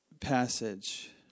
passage